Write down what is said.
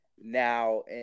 now